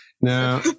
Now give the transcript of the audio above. Now